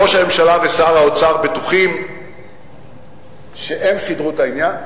וראש הממשלה ושר האוצר בטוחים שהם סידרו את העניין: